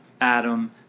Adam